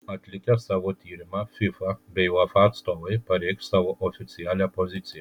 atlikę savo tyrimą fifa bei uefa atstovai pareikš savo oficialią poziciją